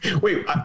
wait